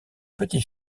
petit